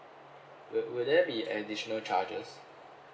will will there be additional charges